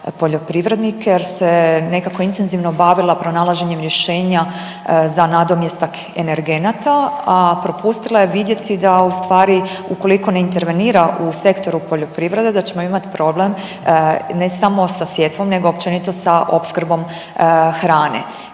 poljoprivrednike jer se nekako intenzivno bavila pronalaženjem rješenja za nadomjestak energenata, a propustila je vidjeti da ustvari ukoliko ne intervenira u sektoru poljoprivrede da ćemo imat problem ne samo sa sjetvom nego općenito sa opskrbom hrane.